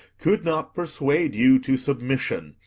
could not persuade you to submission,